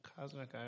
Cosmic